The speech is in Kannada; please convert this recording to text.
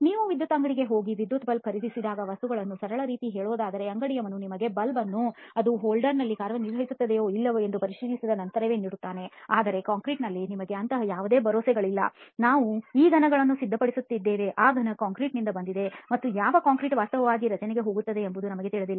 ನೀವು ವಿದ್ಯುತ್ ಅಂಗಡಿಗೆ ಹೋಗಿ ವಿದ್ಯುತ್ ಬಲ್ಬ್ ಖರೀದಿಸುವಾಗ ವಸ್ತುಗಳನ್ನು ಸರಳ ರೀತಿಯಲ್ಲಿ ಹೇಳುವುದಾದರೆ ಅಂಗಡಿಯವರು ನಿಮಗೆ ಬಲ್ಬ್ ಅನ್ನು ಅದು ಹೋಲ್ಡರ್ ನಲ್ಲಿ ಕಾರ್ಯನಿರ್ವಹಿಸುತ್ತದೆಯೋ ಇಲ್ಲವೋ ಎಂದು ಪರಿಶೀಲಿಸಿದ ನಂತರವೇ ನೀಡುತ್ತಾರೆ ಆದರೆ ಕಾಂಕ್ರೀಟ್ ನಲ್ಲಿ ನಮಗೆ ಅಂತಹ ಯಾವುದೇ ಭರವಸೆಗಳಿಲ್ಲ ನಾವು ಈ ಘನಗಳನ್ನು ಸಿದ್ಧಪಡಿಸುತ್ತೇವೆ ಮತ್ತು ಆ ಘನ ಯಾವ ಕಾಂಕ್ರೀಟ್ ನಿಂದ ಬಂದಿದೆ ಮತ್ತು ಯಾವ ಕಾಂಕ್ರೀಟ್ ವಾಸ್ತವವಾಗಿ ರಚನೆಗೆ ಹೋಗುತ್ತದೆ ಎಂಬುದು ನಮಗೆ ತಿಳಿದಿಲ್ಲ